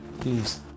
please